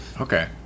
Okay